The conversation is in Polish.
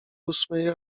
ósmej